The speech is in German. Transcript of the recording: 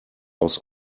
aus